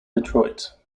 detroit